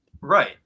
Right